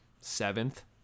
seventh